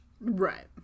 Right